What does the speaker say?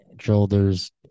shoulders